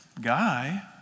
guy